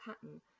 pattern